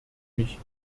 mich